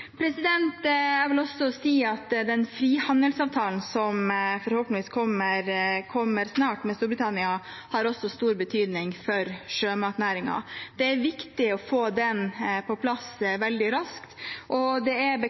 Jeg vil også si at den frihandelsavtalen med Storbritannia som forhåpentligvis kommer snart, også har stor betydning for sjømatnæringen. Det er viktig å få den på plass veldig raskt, og det er